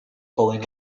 pulling